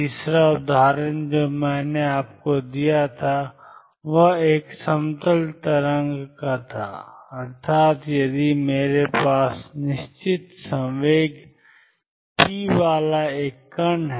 तीसरा उदाहरण जो मैंने आपको दिया था वह एक समतल तरंग का था अर्थात यदि मेरे पास निश्चित संवेग p वाला एक कण है